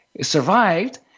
survived